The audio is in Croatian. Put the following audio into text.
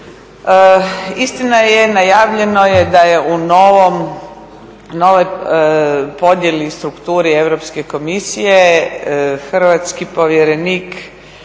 Istina je, najavljeno je da je u novoj podijeli, strukturi Europske komisije hrvatski povjerenik